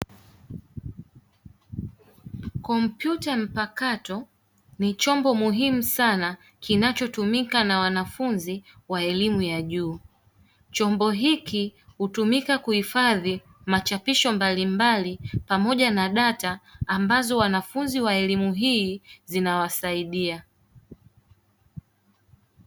Kompyuta mpakato ni chombo muhimu sana, kinachotumika na wanafunzi wa elimu ya juu. Chombo hiki hutumika kuhifadhi machapisho mbalimbali pamoja na data ambazo wanafunzi wa elimu hii zinawasaidia.